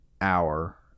hour